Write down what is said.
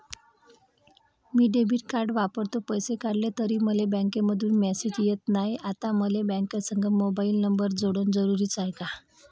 मी debit card वापरतो, पैसे काढले तरी मले बँकेमंधून मेसेज येत नाय, आता मले बँकेसंग मोबाईल नंबर जोडन जरुरीच हाय का?